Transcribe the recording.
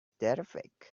terrific